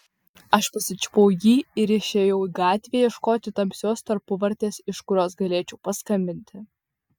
aš pasičiupau jį ir išėjau į gatvę ieškoti tamsios tarpuvartės iš kurios galėčiau paskambinti